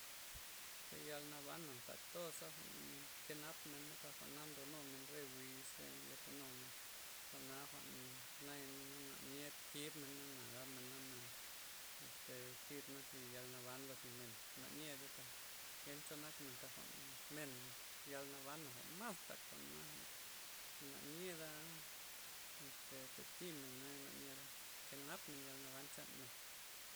Yal nabana' tak tosa' jwa'n kenap mena tak jwa'na ndo numen re wiz re nkete numena' jwa'na jwa'n naya na' nyed kib mena gabmena nana', este kibna' zi yal naban lozy men, na niedey taj kencho nakmen taj jwa'n men yal nabana jwa'n mas ntak, jwa'na na nyeda este tatimen, na nyeda, kenap men yal naban chanmen.